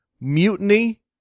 Mutiny